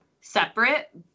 separate